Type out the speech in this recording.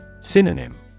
Synonym